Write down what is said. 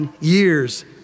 years